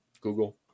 Google